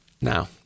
Now